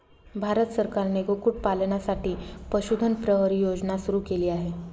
भारत सरकारने कुक्कुटपालनासाठी पशुधन प्रहरी योजना सुरू केली आहे